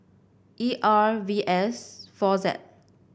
E R V S four Z